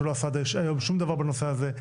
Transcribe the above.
שהוא לא עשה עד היום שום דבר בנושא הזה.